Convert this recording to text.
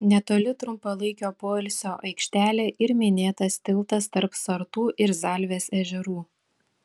netoli trumpalaikio poilsio aikštelė ir minėtas tiltas tarp sartų ir zalvės ežerų